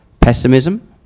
pessimism